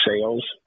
sales